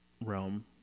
realm